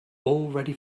already